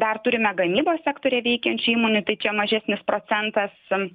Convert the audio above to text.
dar turime gamybos sektoriuje veikiančių įmonių tik mažesnis procentas